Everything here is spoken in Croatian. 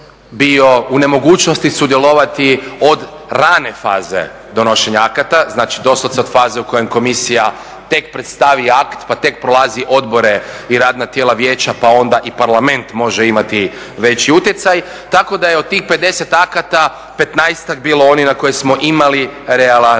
bio u nemogućnosti sudjelovati od rane faze donošenja akata, znači to su sad faze u kojima komisija tek predstavi akt pa tek prolazi odbore i radna tijela vijeća pa onda i parlament može imati veći utjecaj tako da je od tih 50 akata 15-ak bilo onih na kojima smo imali realan